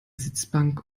sitzbank